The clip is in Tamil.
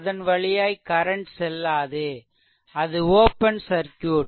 அதன் வழியாய் கரன்ட் செல்லாது அது ஓப்பன் சர்க்யூட்